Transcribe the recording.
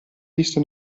visto